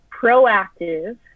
proactive